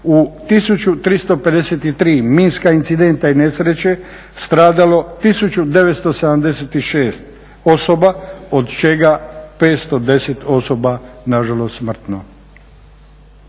u 1.353 minska incidenta i nesreće stradalo 1.976 osoba od čega 510 osoba nažalost smrtno.